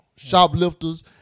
Shoplifters